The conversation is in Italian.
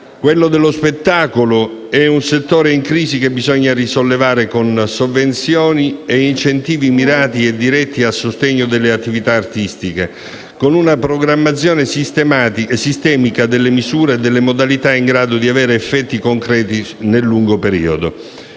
Quello dello spettacolo è un settore in crisi che bisogna risollevare con sovvenzioni e incentivi mirati e diretti a sostegno delle attività artistiche, con una programmazione sistemica delle misure e delle modalità in grado di avere effetti concreti nel lungo periodo.